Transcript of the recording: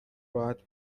راحت